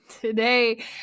Today